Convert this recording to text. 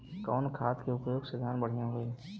कवन खाद के पयोग से धान बढ़िया होई?